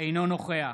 אינו נוכח